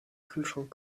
kühlschrank